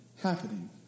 happening